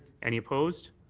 any opposed?